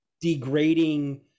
degrading